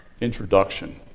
introduction